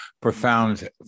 profound